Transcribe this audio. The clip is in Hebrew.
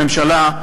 בממשלה,